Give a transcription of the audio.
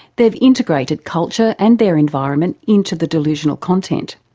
they've integrated culture and their environment into the delusional content.